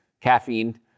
caffeine